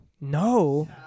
No